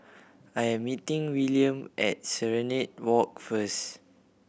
I am meeting Willaim at Serenade Walk first